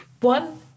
One